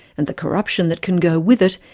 and the corruption that can go with it,